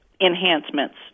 enhancements